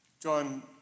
John